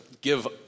give